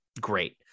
great